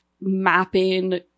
mapping